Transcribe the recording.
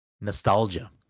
Nostalgia